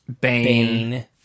Bane